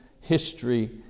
history